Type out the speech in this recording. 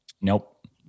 Nope